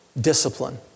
discipline